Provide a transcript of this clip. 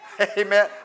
Amen